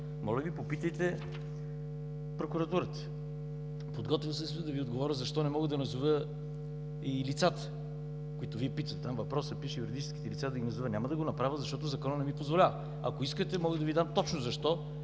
моля Ви попитайте прокуратурата. Подготвил съм се да Ви отговоря защо не мога да назова и лицата, за които Вие питате. Там във въпроса пише: юридическите лица да ги назова. Няма да го направя, защото Законът не ми позволява. Ако искате, мога да Ви дам точно защо,